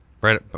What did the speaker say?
right